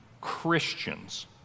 Christians